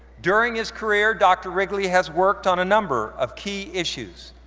during his career, dr. wrigley has worked on a number of key issues,